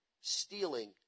stealing